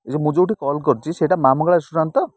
ମୁଁ ଯେଉଁଠି କଲ୍ କରିଛି ସେଇଟା ମାଁ ମଙ୍ଗଳା ରେଷ୍ଟୁରାଣ୍ଟ ତ